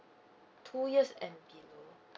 two years and below